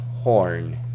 horn